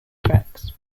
tracks